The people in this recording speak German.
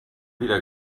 wieder